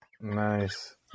Nice